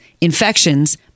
infections